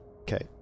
Okay